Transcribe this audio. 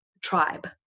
Tribe